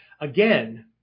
again